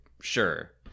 Sure